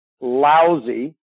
lousy